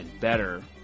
better